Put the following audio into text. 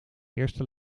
eerste